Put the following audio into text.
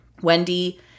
Wendy